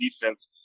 defense